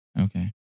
okay